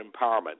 empowerment